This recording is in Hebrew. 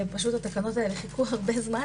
התקנות האלה חיכו הרבה זמן